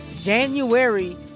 january